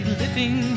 living